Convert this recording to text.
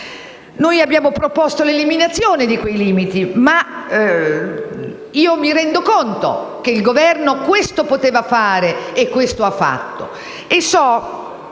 Noi abbiamo proposto l'eliminazione di quei limiti, ma mi rendo conto che il Governo questo poteva fare e questo ha fatto.